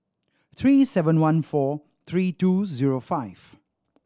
three seven one four three two zero five